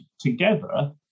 together